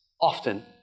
often